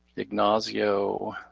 ignacio